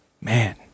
man